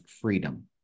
freedom